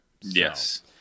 Yes